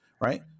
right